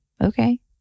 okay